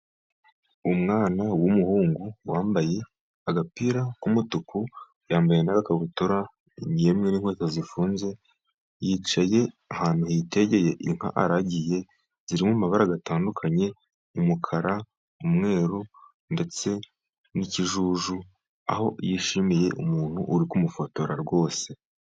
Umwana w'umuhungu wambaye agapira k'umutuku, yambaye n'agakabutura yemwe n' inkweto zifunze yicaye ahantu hitegeye inka aragiye, ziri mu mabara atandukanye umukara ,umweru ndetse n'ikijuju, aho yishimiye umuntu uri kumufotora rwose.